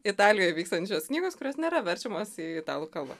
italijoj vykstančios knygos kurios nėra verčiamos į italų kalbą